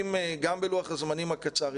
גם בלוח הזמנים הקצר,